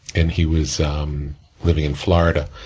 and, he was um living in florida,